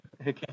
Okay